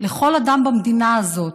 לכל אדם במדינה הזאת